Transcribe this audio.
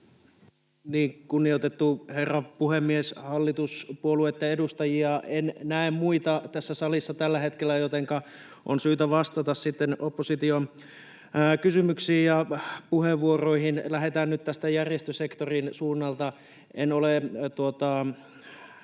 Kunnioitettu herra puhemies! Hallituspuolueitten edustajia en näe muita tässä salissa tällä hetkellä, jotenka on syytä vastata sitten opposition kysymyksiin ja puheenvuoroihin. Lähdetään nyt tästä järjestösektorin suunnalta: En ole